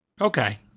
Okay